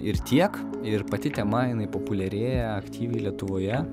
ir tiek ir pati tema jinai populiarėja aktyviai lietuvoje